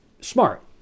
smart